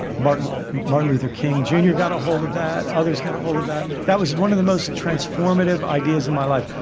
but martin martin luther king, jr. got hold of that. others got hold of that that was one of the most transformative ideas of my life.